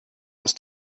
ist